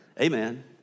Amen